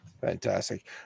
Fantastic